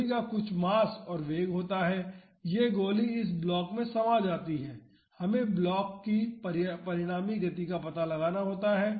गोली का कुछ मास और वेग होता है यह गोली इस ब्लॉक में समा जाती है हमें ब्लॉक की परिणामी गति का पता लगाना होता है